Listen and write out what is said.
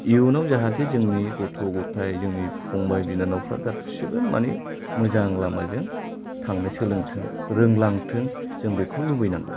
इयुनाव जाहाथे जोंनि गथ' गथाय जोंनि फंबाय बिनानावफ्रा गासिबो मानि मोजां लामाजों थांनो सोलोंथों रोंलांथों जों बेखौ लुबैनांगोन